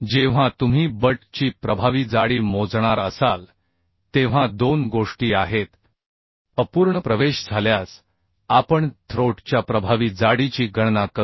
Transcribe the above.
जेव्हा तुम्ही बट ची प्रभावी जाडी मोजणार असाल तेव्हा दोन गोष्टी आहेत अपूर्ण प्रवेश झाल्यास आपण थ्रोट च्या प्रभावी जाडीची गणना करू